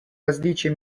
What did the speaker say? различие